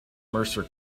mercer